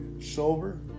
sober